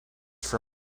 for